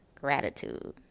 gratitude